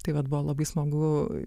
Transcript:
tai vat buvo labai smagu